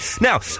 Now